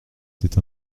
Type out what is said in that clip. c’est